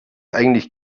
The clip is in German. eigentlich